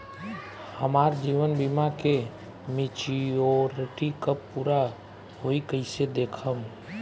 हमार जीवन बीमा के मेचीयोरिटी कब पूरा होई कईसे देखम्?